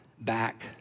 back